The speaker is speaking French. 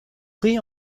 pris